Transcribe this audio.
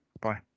Bye